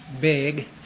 big